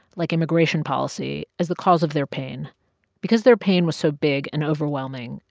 like immigration policy, as the cause of their pain because their pain was so big and overwhelming,